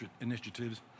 initiatives